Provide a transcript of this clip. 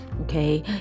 Okay